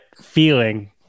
feeling